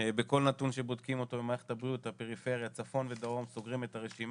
בכל נתון שנבדק במערכת הבריאות הפריפריה בצפון ובדרום סוגרים את הרשימה,